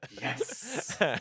yes